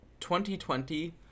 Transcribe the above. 2020